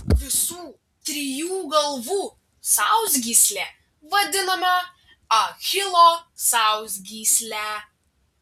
visų trijų galvų sausgyslė vadinama achilo sausgysle